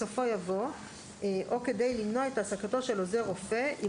בסופו יבוא "או כדי למנוע את העסקתו של עוזר רופא אם